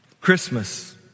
Christmas